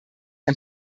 ein